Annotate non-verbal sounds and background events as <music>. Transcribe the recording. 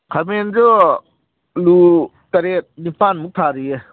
ꯈꯥꯃꯦꯟꯁꯨ <unintelligible> ꯇꯔꯦꯠ ꯅꯤꯄꯥꯜꯃꯨꯛ ꯊꯥꯔꯤꯌꯦ